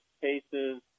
cases